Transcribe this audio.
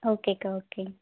okay அக்கா okay